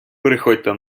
приходьте